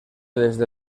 desde